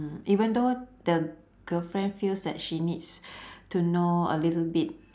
mm even though the girlfriend feels that she needs to know a little bit